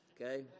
okay